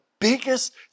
biggest